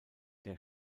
der